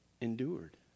endured